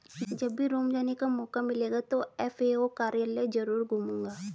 जब भी रोम जाने का मौका मिलेगा तो एफ.ए.ओ कार्यालय जरूर घूमूंगा